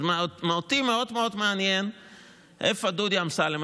אותי מאוד מאוד מעניין איפה דודי אמסלם.